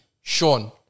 Sean